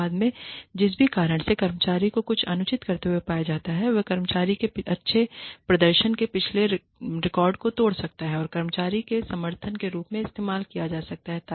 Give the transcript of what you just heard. और बाद में जिस भी कारण से कर्मचारी को कुछ अनुचित करते हुए पाया जाता है वह कर्मचारी के अच्छे प्रदर्शन के पिछले रिकॉर्ड को तोड़ सकता है और कर्मचारी के समर्थन के रूप में इस्तेमाल किया जा सकता है